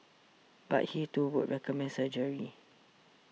but he too would recommend surgery